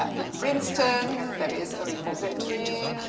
in princeton, there is a repository.